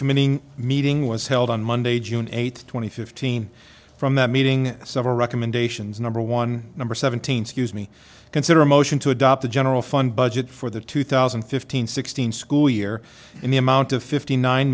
committing meeting was held on monday june eighth two thousand and fifteen from that meeting several recommendations number one number seventeen scuse me consider a motion to adopt a general fund budget for the two thousand and fifteen sixteen school year in the amount of fifty nine